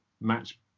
match